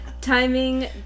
Timing